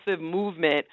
movement